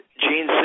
gene